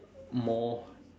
more